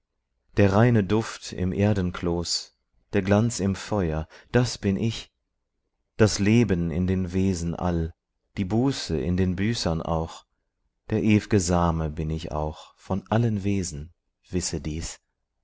der reine duft im erdenkloß der glanz im feuer das bin ich das leben in den wesen all die buße in den büßern auch der ew'ge same bin ich auch von allen wesen wisse dies